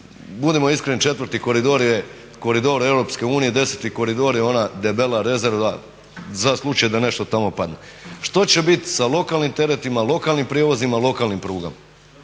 Budimo iskreni 4. koridor je koridor Europske unije 10. koridor je ona debela rezerva za slučaj da nešto tamo padne. Što će biti sa lokalnim teretima, lokalnim prijevozima, lokalnim prugama?